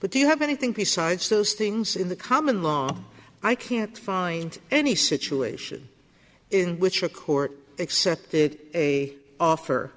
but do you have anything besides those things in the common law i can't find any situation in which a court accepted a offer